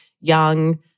young